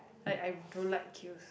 I I don't like queues